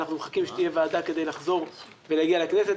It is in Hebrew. אנחנו מחכים שתהיה ועדה כדי לחזור ולהגיע לכנסת,